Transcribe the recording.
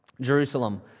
Jerusalem